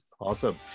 Awesome